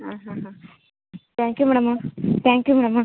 ಹಾಂ ಹಾಂ ಹಾಂ thank you madam thank you madam